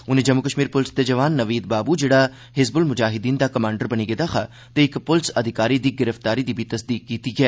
उनें जम्मू कश्मीर पुलिस दे जवान नवीद बाबू जेहड़ा हिज़बुल मुजाहिद्दीन कमांडर बनी गेदा हा ते इक पुलिस अधिकारी दी गिरफ्तारी दी बी तसदीक कीती ऐ